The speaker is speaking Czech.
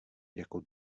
jako